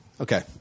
okay